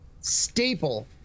staple